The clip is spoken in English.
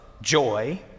joy